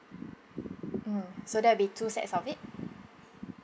mm so that'll be two sets of it